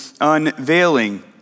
unveiling